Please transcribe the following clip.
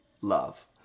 love